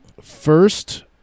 First